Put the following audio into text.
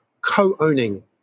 co-owning